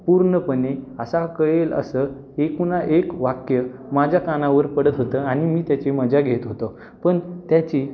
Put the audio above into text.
पूर्णपणे असा कळेल असं एकूण एक वाक्य माझ्या कानावर पडत होतं आणि मी त्याची मजा घेत होतो पण त्याची